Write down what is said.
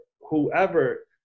whoever